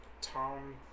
Tom